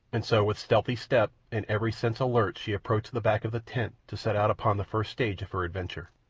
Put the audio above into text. and so with stealthy step and every sense alert she approached the back of the tent to set out upon the first stage of her adventure.